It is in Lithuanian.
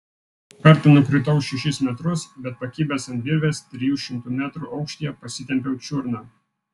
kartą nukritau šešis metrus bet pakibęs ant virvės trijų šimtų metrų aukštyje pasitempiau čiurną